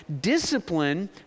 Discipline